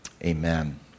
Amen